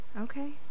Okay